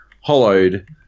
Hollowed